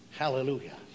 Hallelujah